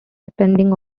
depending